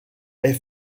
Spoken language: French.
est